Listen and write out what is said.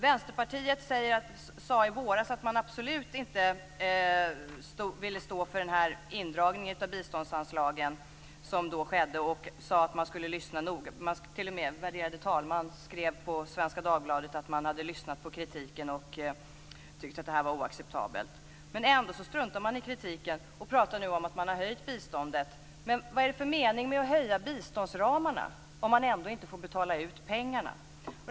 Vänsterpartiet sade i våras att man absolut inte ville stå för den indragning av biståndsanslagen som då skedde, och t.o.m. den värderade andre vice talmannen skrev i Svenska Dagbladet att man hade lyssnat på kritiken och tyckte att detta var oacceptabelt. Men ändå struntar man i kritiken och talar nu om att man har höjt biståndet. Men vad är det för mening med att höja biståndsramarna om man ändå inte får betala ut pengarna?